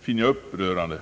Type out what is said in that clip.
finner jag upprörande.